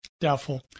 Doubtful